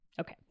Okay